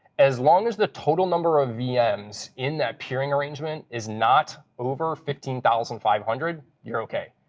as long as the total number of vms in that peering arrangement is not over fifteen thousand five hundred, you're ok.